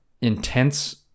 intense